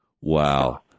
Wow